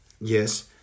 Yes